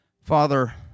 Father